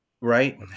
right